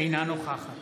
אינה נוכחת